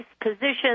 positions